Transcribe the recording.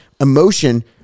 Emotion